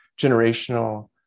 generational